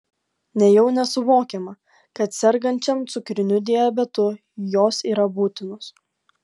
nejau nesuvokiama kad sergančiam cukriniu diabetu jos yra būtinos